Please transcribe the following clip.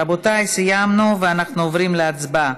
רבותיי, סיימנו, ואנחנו עוברים להצבעה.